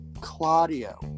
Claudio